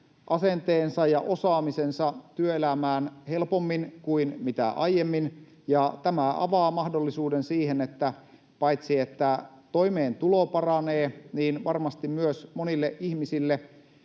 asenteensa ja osaamisensa työelämään helpommin kuin aiemmin. Tämä avaa mahdollisuuden siihen, että paitsi toimeentulo paranee niin myös varmasti esimerkiksi